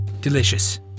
Delicious